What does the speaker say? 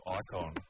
icon